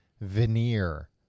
veneer